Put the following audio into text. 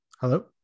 Hello